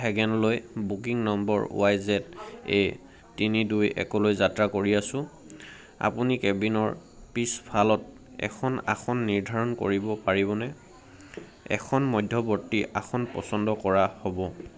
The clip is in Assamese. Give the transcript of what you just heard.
হেগেনলৈ booking number Y Z A তিনি দুই একলৈ যাত্ৰা কৰি আছোঁ আপুনি কেবিনৰ পিছফালত এখন আসন নিৰ্ধাৰণ কৰিব পাৰিবনে এখন মধ্যৱৰ্তী আসন পচন্দ কৰা হ'ব